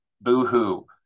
boo-hoo